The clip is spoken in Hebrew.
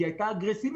אגב,